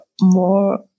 more